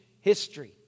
history